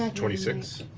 um twenty six.